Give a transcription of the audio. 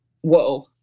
whoa